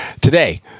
Today